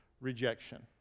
rejection